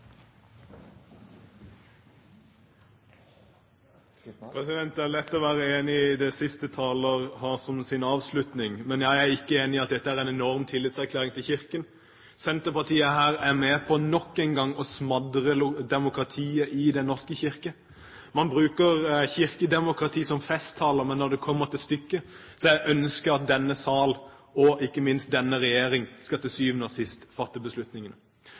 lett å være enig i det siste taler sier i sin avslutning. Men jeg er ikke enig i at dette er en enorm tillitserklæring til Kirken. Senterpartiet er her med på nok en gang å smadre demokratiet i Den norske kirke. Man bruker kirkedemokrati som festtaler, men når det kommer til stykket, er ønsket at denne sal og denne regjering til syvende og sist skal fatte